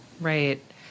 Right